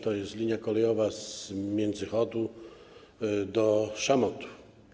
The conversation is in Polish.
To jest linia kolejowa z Międzychodu do Szamotuł.